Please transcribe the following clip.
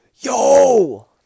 Yo